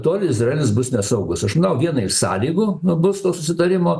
tol izraelis bus nesaugus aš manau viena iš sąlygų nu bus to susitarimo